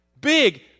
Big